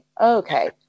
Okay